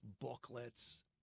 booklets